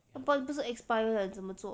but 不是 expire 了怎么做